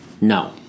No